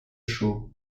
chaud